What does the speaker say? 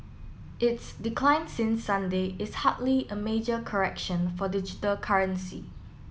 its decline since Sunday is hardly a major correction for digital currency